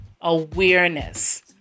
awareness